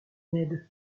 ned